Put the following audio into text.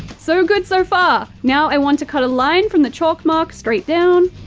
so good so far! now i want to cut a line from the chalk mark, straight down.